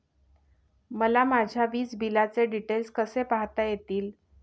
मला माझ्या वीजबिलाचे डिटेल्स कसे पाहता येतील?